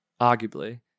arguably